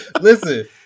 Listen